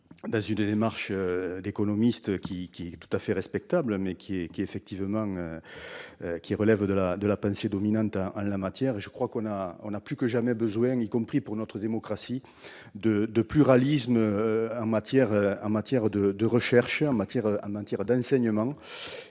dans une démarche d'économistes tout à fait respectables, mais qui relève de la pensée dominante en la matière. On a plus que jamais besoin, y compris pour notre démocratie, de pluralisme en matière de recherche et d'enseignement.